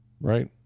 Right